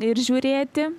ir žiūrėti